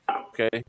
Okay